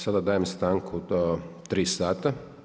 Sada dajem stanku do 3 sata.